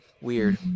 Weird